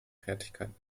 fertigkeiten